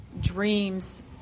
dreams